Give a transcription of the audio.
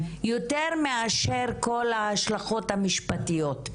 יותר מאשר כל ההשלכות המשפטיות.